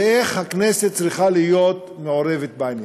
ואיך הכנסת צריכה להיות מעורבת בעניין.